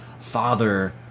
father